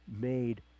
made